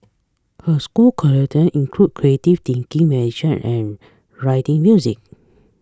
her school curriculum include creative thinking meditation and writing music